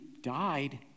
died